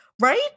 Right